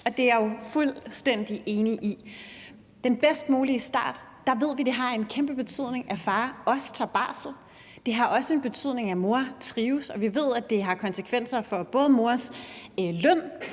Det er jeg jo fuldstændig enig i. For den bedst mulige start ved vi at det har en kæmpe betydning, at far også tager barsel. Det har også en betydning, at mor trives. Og vi ved, at det har konsekvenser for både mors løn,